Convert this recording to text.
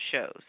shows